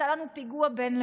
עשתה לנו פיגוע בין-לאומי.